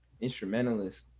instrumentalist